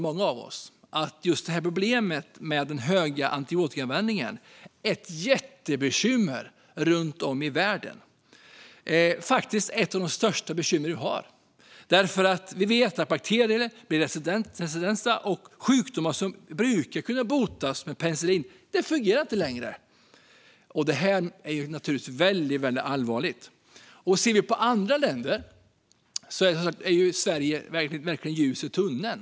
Många av oss vet att den höga antibiotikaanvändningen är ett av de största bekymren runt om i världen. Vi vet att bakterier blir resistenta, och det fungerar inte längre att bota vissa sjukdomar med penicillin. Det här är naturligtvis väldigt allvarligt. Ser vi på andra länder är Sverige verkligen ett ljus i tunneln.